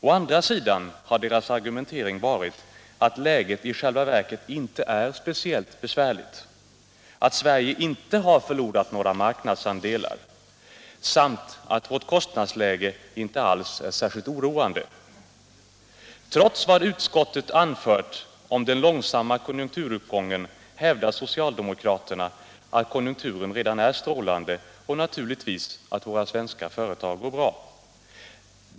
Å andra sidan har oppositionens argumentering varit att läget i själva verket inte är speciellt besvärligt, att Sverige inte har förlorat några marknadsandelar samt att vårt kostnadsläge inte alls är särskilt oroande. Trots vad utskottet anfört om den långsamma konjunkturuppgången hävdar socialdemokraterna att konjunkturen redan är strålande och naturligtvis att våra svenska företag går bra.